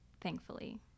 thankfully